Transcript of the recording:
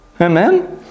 Amen